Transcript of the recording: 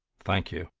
thank you,